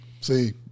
See